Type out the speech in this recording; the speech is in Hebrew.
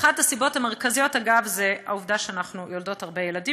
שאחת הסיבות המרכזיות היא העובדה שאנחנו יולדות יחסית הרבה ילדים